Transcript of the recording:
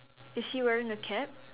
is he wearing a cap